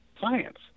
science